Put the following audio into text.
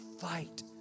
fight